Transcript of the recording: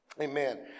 Amen